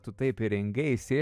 tu taip ir rengeisi